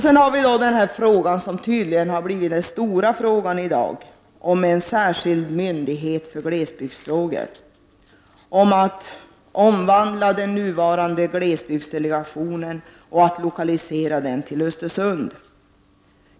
Sedan till den fråga som tydligen har blivit den stora frågan i dag: en särskild myndighet för glesbygdsfrågor. Den nuvarande glesbygdsdelegationen skall omvandlas och lokaliseras till Östersund.